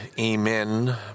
Amen